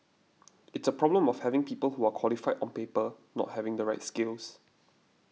it's a problem of people who are qualified on paper not having the right skills